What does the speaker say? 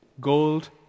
gold